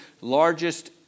largest